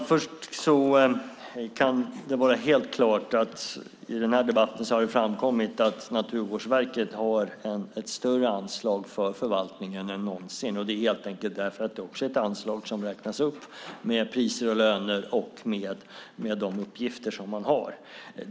Fru talman! Det har helt klart i den här debatten framkommit att Naturvårdsverket har ett större anslag för förvaltningen än någonsin. Det är helt enkelt därför att det är ett anslag som räknas upp med priser och löner och med de uppgifter som man har.